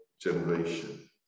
generation